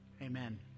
Amen